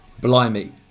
blimey